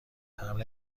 تمبر